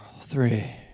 three